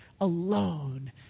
alone